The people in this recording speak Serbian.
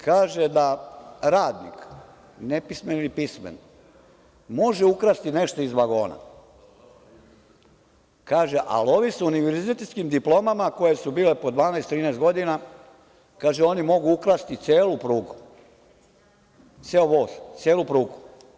Kaže da radnik, nepismeni ili pismen, može ukrasti nešto iz vagona, kaže, ali ovi sa univerzitetskim diplomama, koje su bile po 12, 13 godina, kaže, oni mogu ukrasti celu prugu, ceo voz, celu prugu.